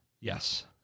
yes